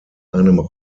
einem